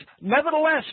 nevertheless